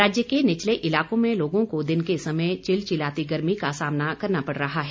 राज्य के निचले इलाकों में लोगों को दिन के समय चिलचिलाती गर्मी का सामना करना पड़ रहा है